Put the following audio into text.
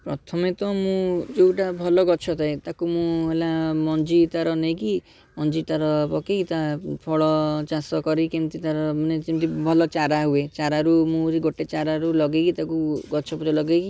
ପ୍ରଥମେ ତ ମୁଁ ଯେଉଁଟା ଭଲ ଗଛ ଥାଏ ତାକୁ ମୁଁ ହେଲା ମଞ୍ଜି ତା'ର ନେଇକି ମଞ୍ଜି ତା'ର ପକେଇ ତା' ଫଳ ଚାଷ କରେ କେମିତି ତା'ର ମାନେ ଯେମିତି ଭଲ ଚାରା ହୁଏ ଚାରାରୁ ମୁଁ ହେଉଛି ଗୋଟେ ଚାରାରୁ ଲାଗେଇକି ତାକୁ ଗଛ ପୁରା ଲାଗେଇକି